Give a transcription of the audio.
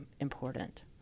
important